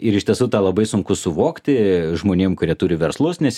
ir iš tiesų tą labai sunku suvokti žmonėm kurie turi verslus nes